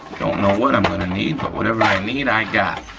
don't know what i'm gonna need, but whatever i need i got.